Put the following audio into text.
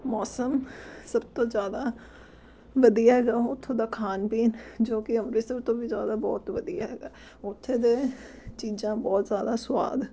ਮੌਸਮ ਸਭ ਤੋਂ ਜ਼ਿਆਦਾ ਵਧੀਆ ਹੈਗਾ ਉਥੋਂ ਦਾ ਖਾਣ ਪੀਣ ਜੋ ਕਿ ਅੰਮ੍ਰਿਤਸਰ ਤੋਂ ਵੀ ਜ਼ਿਆਦਾ ਬਹੁਤ ਵਧੀਆ ਹੈਗਾ ਉੱਥੇ ਦੇ ਚੀਜ਼ਾਂ ਬਹੁਤ ਜ਼ਿਆਦਾ ਸਵਾਦ